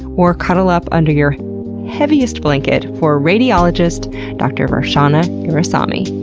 or cuddle up under your heaviest blanket for radiologist dr. varshana gurusamy.